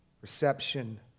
reception